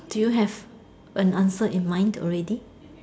do you have an answer in mind already